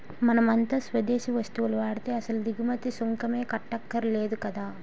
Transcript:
మనమంతా స్వదేశీ వస్తువులు వాడితే అసలు దిగుమతి సుంకమే కట్టక్కర్లేదు కదా